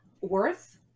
worth